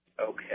Okay